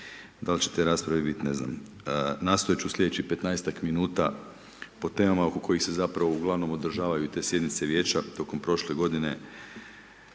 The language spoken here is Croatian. Da li će te rasprave biti, ne znam. Nastojat ću u sljedećih 15-tak minuta po temama oko kojih se zapravo uglavnom održavaju sjednice Vijeća tokom prošle godine